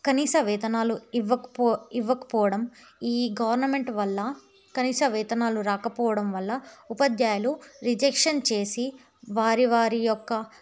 కనీస వేతనాలు ఇవ్వకపో ఇవ్వకపోవడం ఈ గవర్నమెంట్ వల్ల కనీస వేతనాలు రాకపోవడం వల్ల ఉపాధ్యాయులు రిజక్షన్ చేసి వారి వారి యొక్క